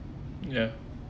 ya